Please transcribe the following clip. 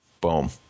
Boom